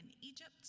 Egypt